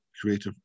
creative